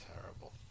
Terrible